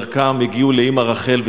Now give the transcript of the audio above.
בדרכם הגיעו לאמא רחל,